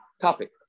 topic